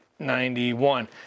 91